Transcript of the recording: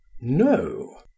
no